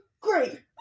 great